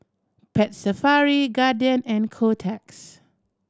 Pet Safari Guardian and Kotex